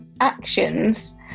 actions